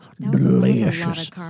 Delicious